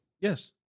Yes